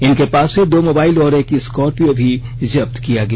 इनके पास से दो मोबाइल और एक स्कॉर्पियो भी जब्त किया गया